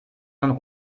und